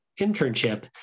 internship